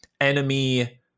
enemy